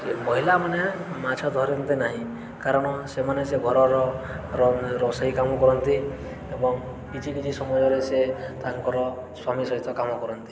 ମହିଳାମାନେ ମାଛ ଧରନ୍ତେ ନାହିଁ କାରଣ ସେମାନେ ସେ ଘରର ରୋଷେଇ କାମ କରନ୍ତି ଏବଂ କିଛି କିଛି ସମୟରେ ସେ ତାଙ୍କର ସ୍ୱାମୀ ସହିତ କାମ କରନ୍ତି